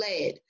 led